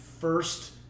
first